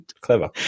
Clever